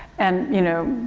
and you know,